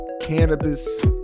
cannabis